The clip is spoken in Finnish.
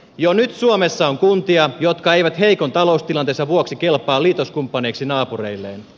jo nyt suomessa on kuntia jotka eivät heikon taloustilanteensa vuoksi kelpaa liitoskumppaneiksi naapureilleen